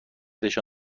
داشته